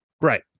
Right